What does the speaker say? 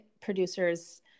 producers